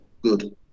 Good